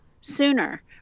sooner